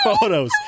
photos